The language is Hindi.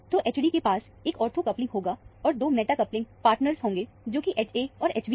तो Hd के पास एक ऑर्थो कपलिंग होगा और दो मेटा कपलिंग पार्टनर होंगे जो कि Ha और Hb है